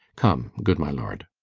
come, good my lord.